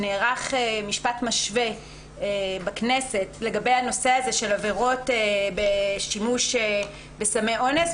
שנערך משפט משווה בכנסת לגבי הנושא הזה של עבירות בשימוש בסמי אונס.